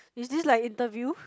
is this like interview